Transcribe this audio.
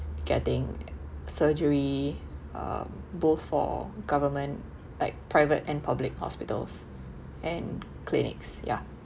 getting surgery uh both for government like private and public hospitals and clinics ya